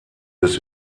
bis